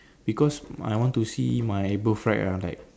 because I want to see my birthright ah like